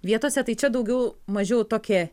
vietose tai čia daugiau mažiau tokia